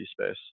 space